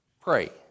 pray